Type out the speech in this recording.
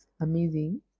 Amazing